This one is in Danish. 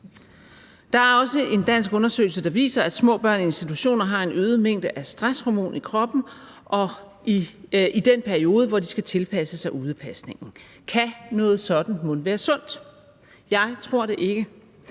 Der er også en dansk undersøgelse, der viser, at små børn i institutioner har en øget mængde af stresshormon i kroppen i den periode, hvor de skal tilpasse sig udepasningen. Kan noget sådant mon være sundt? Jeg tror det ikke.